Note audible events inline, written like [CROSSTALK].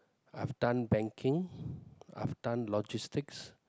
I've done banking [BREATH] I've done logistics